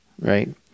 Right